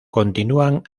continúan